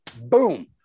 Boom